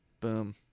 Boom